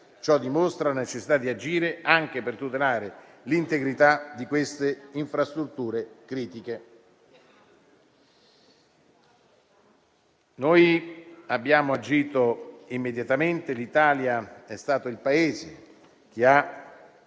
ciò dimostra la necessità di agire anche per tutelare l'integrità di queste infrastrutture critiche. Noi abbiamo agito immediatamente. L'Italia è stato il Paese che